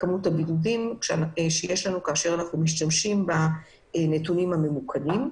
הבידודים כתוצאה משימוש בנתונים הממוכנים.